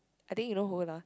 I think you know who lah